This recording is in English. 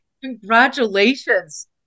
Congratulations